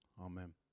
amen